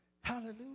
Hallelujah